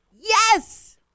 Yes